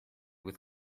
with